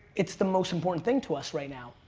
it's the most important thing to us right now.